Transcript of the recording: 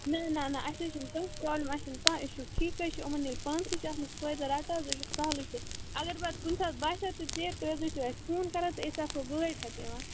نہ نہ نہ اسہِ نہ حظ چھنہٕ کانٛہہ پرٛابلِم اسہِ چھُنہٕ کانٛہہ اِشو ٹھیک حظ چھُ یِمَن ییٚلہِ پانسٕے چھُ اتھ منٛز فٲیدٕ رٹ حظ سہلٕے چھُ اگر پتہٕ کُنہِ ساتہٕ باسوٕ تۄہہِ ژیۭر تہٕ تُہۍ حظ ٲسۍ زیٚو اسہِ فون کران تہٕ أسۍ حظ آسو گٲڑ ہیٚتھ یوان